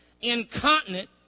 incontinent